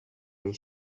les